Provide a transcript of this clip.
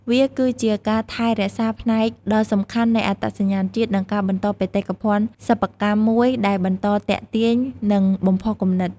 វាគឺជាការថែរក្សាផ្នែកដ៏សំខាន់នៃអត្តសញ្ញាណជាតិ និងការបន្តបេតិកភណ្ឌសិប្បកម្មមួយដែលបន្តទាក់ទាញ និងបំផុសគំនិត។